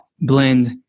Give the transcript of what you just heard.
blend